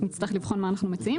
נצטרך לבחון מה אנחנו מציעים.